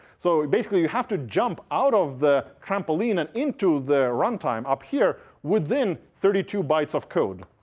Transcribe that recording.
so basically, you have to jump out of the trampoline and into the runtime up here within thirty two bytes of code.